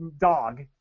dog